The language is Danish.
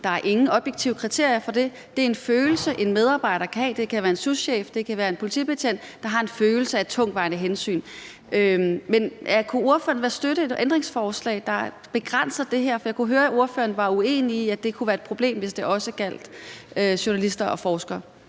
Der er ingen objektive kriterier for det. Det er en følelse, en medarbejder kan have. Det kan være en souschef, eller det kan være en politibetjent, der har en følelse af tungtvejende hensyn. Men kunne ordføreren støtte et ændringsforslag, der begrænser det her, for jeg kunne høre, at ordføreren var uenig i, at det kunne være et problem, hvis det også gjaldt journalister og forskere?